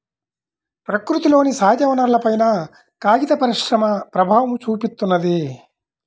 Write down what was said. ప్రకృతిలోని సహజవనరులపైన కాగిత పరిశ్రమ ప్రభావం చూపిత్తున్నది